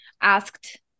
asked